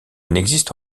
n’existe